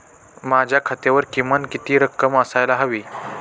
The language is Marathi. माझ्या खात्यावर किमान किती रक्कम असायला हवी?